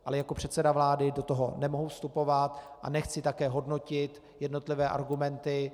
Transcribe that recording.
Ale jako předseda vlády do toho nemohu vstupovat a nechci také hodnotit jednotlivé argumenty.